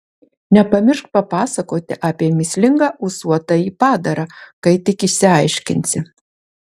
nepamiršk papasakoti apie mįslingą ūsuotąjį padarą kai tik išsiaiškinsi